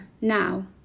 now